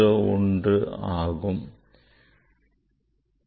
001 ஆகும்